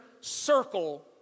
circle